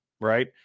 right